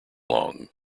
long